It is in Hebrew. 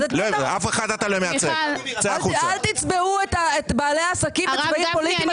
אל תצבעו את בעלי העסקים בצבעים פוליטיים,